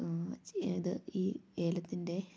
ഇത് ഈ ഏലത്തിൻ്റെ